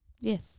Yes